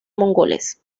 mongoles